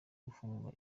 gufungwa